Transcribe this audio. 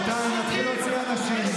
רבותיי, אני אתחיל להוציא אנשים.